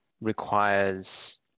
requires